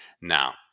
now